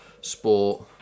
sport